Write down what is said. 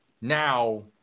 Now